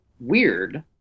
weird